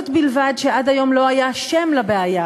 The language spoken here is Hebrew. כפי שציינתי קודם, נעשה כך גם בעניין ההצתה הפושעת